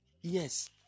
Yes